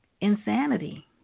insanity